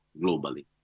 globally